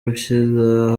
gushyira